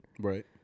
right